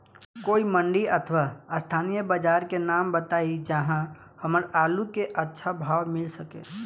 कोई मंडी अथवा स्थानीय बाजार के नाम बताई जहां हमर आलू के अच्छा भाव मिल सके?